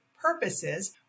purposes